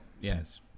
yes